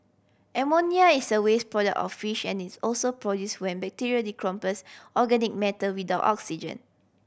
ammonia is a waste product of fish and is also produce when bacteria decompose organic matter without oxygen